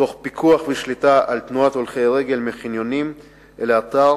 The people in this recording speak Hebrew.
תוך פיקוח ושליטה על תנועת הולכי הרגל מהחניונים אל האתר,